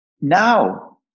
Now